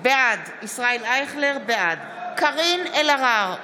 בעד קארין אלהרר,